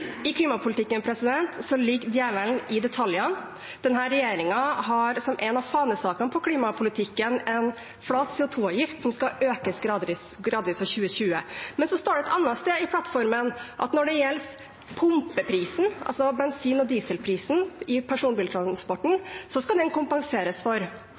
I klimapolitikken ligger djevelen i detaljene. Denne regjeringen har som en av fanesakene innenfor klimapolitikken en flat CO 2 -avgift, som skal økes gradvis fra 2020. Men så står det et annet sted i plattformen at når det gjelder pumpeprisen, altså bensin- og dieselprisen, for